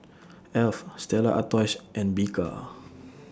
Alf Stella Artois and Bika